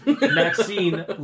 Maxine